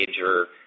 major